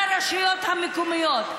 לרשויות המקומיות.